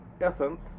Essence